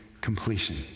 completion